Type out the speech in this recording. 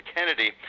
Kennedy